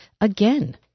again